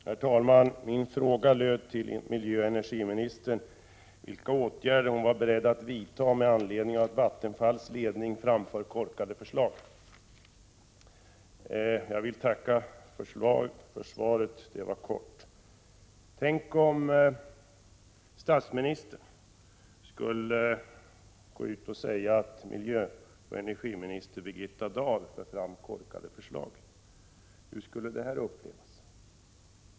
Herr talman! Min fråga till miljöoch energiministern löd: Vilka åtgärder är miljöoch energiministern beredd att vidta med anledning av att Vattenfalls ledning framför korkade förslag? Jag vill tacka för svaret, det var kort. Tänk om statsministern skulle gå ut och säga att miljöoch energiminister Birgitta Dahl för fram korkade förslag. Hur skulle det upplevas?